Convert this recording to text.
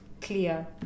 clear